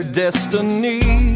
destiny